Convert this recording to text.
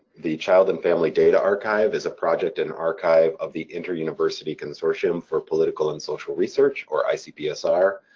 the child and family data archive is a project and archive of the inter-university consortium for political and social research, or icpsr,